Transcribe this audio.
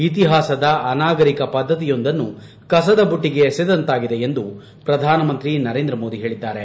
ಇತಿಹಾಸದ ಅನಾಗರಿಕ ಪದ್ದತಿಯೊಂದನ್ನು ಕಸದಬುಟ್ಟಿಗೆ ಎಸೆದಂತಾಗಿದೆ ಎಂದು ಪ್ರಧಾನಮಂತ್ರಿ ನರೇಂದ್ರ ಮೋದಿ ಹೇಳಿದ್ದಾರೆ